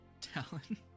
Talon